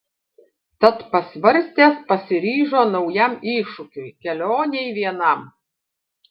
tad pasvarstęs pasiryžo naujam iššūkiui kelionei vienam